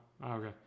Okay